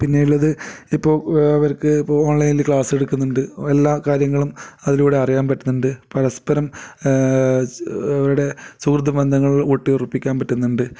പിന്നെയുള്ളത് ഇപ്പോൾ അവർക്ക് ഇപ്പോൾ ഓൺലൈനിൽ ക്ലാസ് എടുക്കുന്നുണ്ട് എല്ലാ കാര്യങ്ങളും അതിലൂടെ അറിയാൻ പറ്റുന്നുണ്ട് പരസ്പരം അവരുടെ സുഹൃത്ബന്ധങ്ങൾ ഊട്ടിയുറപ്പിക്കാൻ പറ്റുന്നുണ്ട്